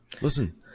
Listen